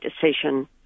decision